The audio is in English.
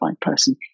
person